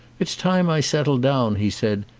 it's time i settled down, he said.